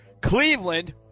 Cleveland